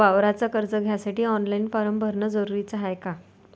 वावराच कर्ज घ्यासाठी ऑनलाईन फारम भरन जरुरीच हाय का?